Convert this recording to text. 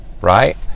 right